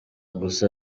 gusa